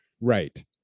right